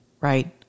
Right